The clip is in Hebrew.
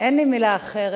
אין לי מלה אחרת